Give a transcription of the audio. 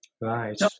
Right